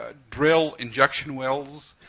ah drill injection wells?